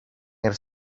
els